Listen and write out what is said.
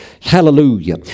Hallelujah